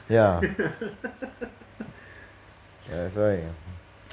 ya that's why